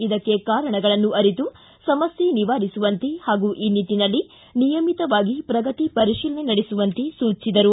ಇದಕ್ಕೆ ಕಾರಣಗಳನ್ನು ಅರಿತು ಸಮಸ್ತೆ ನಿವಾರಿಸುವಂತೆ ಹಾಗೂ ಈ ನಿಟ್ಟಿನಲ್ಲಿ ನಿಯಮಿತವಾಗಿ ಪ್ರಗತಿ ಪರಿಶೀಲನೆ ನಡೆಸುವಂತೆ ಸೂಚಿಸಿದರು